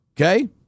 Okay